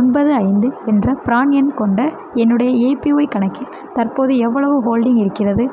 ஒன்பது ஐந்து என்ற ப்ரான் எண் கொண்ட என்னுடைய ஏபிஒய் கணக்கில் தற்போது எவ்வளவு ஹோல்டிங் இருக்கிறது